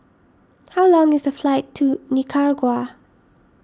how long is the flight to Nicaragua